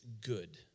good